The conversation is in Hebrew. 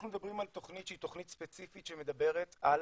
אנחנו מדברים על תכנית ספציפית שמדברת על